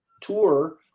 tour